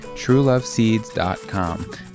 trueloveseeds.com